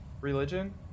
religion